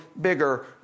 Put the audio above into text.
bigger